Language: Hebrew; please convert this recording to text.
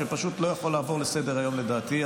שפשוט לא יכול לעבור עליו לסדר-היום לדעתי,